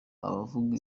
abavuga